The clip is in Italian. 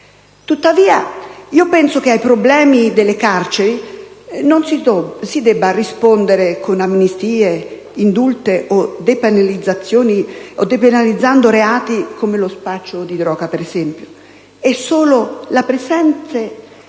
Tuttavia penso che ai problemi delle carceri non si debba rispondere con amnistie, indulti o depenalizzando reati come lo spaccio di droga. Solo la presente